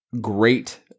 great